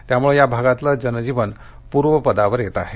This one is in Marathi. त्यामुळे या भागातलं जनजीवन पूर्वपदावर येत आहे